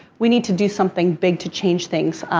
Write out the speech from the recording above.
we need to do something big to change things